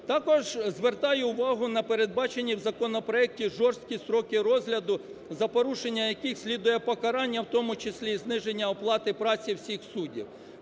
Також звертаю увагу на передбачені в законопроекті жорсткі строки розгляду, за порушення яких слідує покарання, в тому числі і зниження оплати праці всіх суддів.